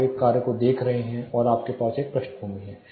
आप एक कार्य को देख रहे हैं और आपके पास एक पृष्ठभूमि है